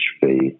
faith